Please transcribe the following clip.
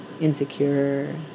insecure